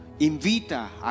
Invita